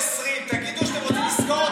על 20. תגידו שאתם רוצים לסגור,